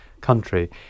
country